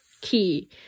Key